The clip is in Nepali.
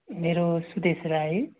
मेरो सुदेश राई